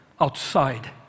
outside